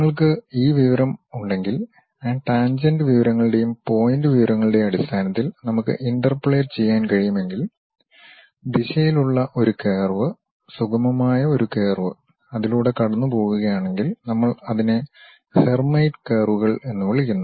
നമ്മൾക്ക് ഈ വിവരങ്ങൾ ഉണ്ടെങ്കിൽ ആ ടാൻജെന്റ് വിവരങ്ങളുടെയും പോയിന്റ് വിവരങ്ങളുടെയും അടിസ്ഥാനത്തിൽ നമുക്ക് ഇന്റർപോളേറ്റ് ചെയ്യാൻ കഴിയുമെങ്കിൽ ദിശയിലുള്ള ഒരു കർവ് സുഗമമായ ഒരു കർവ് അതിലൂടെ കടന്നുപോകുകയാണെങ്കിൽ നമ്മൾ അതിനെ ഹെർമൈറ്റ് കർവുകൾ എന്ന് വിളിക്കുന്നു